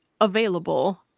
available